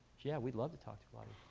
yeah, we'd love to talk to you